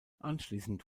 anschließend